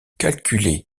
calculer